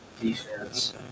defense